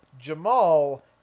Jamal